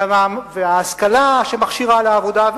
וההשכלה שמכשירה לעבודה,